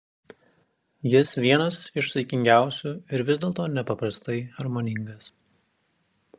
jis vienas iš saikingiausių ir vis dėlto nepaprastai harmoningas